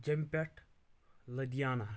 جٔمۍ پیٹھ لدیانہ